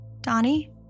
Donnie